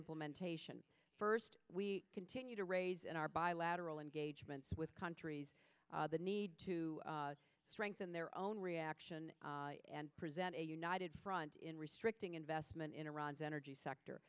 implementation first we continue to raise in our bilateral engagements with countries that need to strengthen their own reaction and present a united front in restricting investment in iran's energy sector